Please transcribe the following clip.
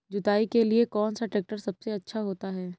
जुताई के लिए कौन सा ट्रैक्टर सबसे अच्छा होता है?